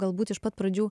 galbūt iš pat pradžių